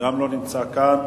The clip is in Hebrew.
גם לא נמצא כאן.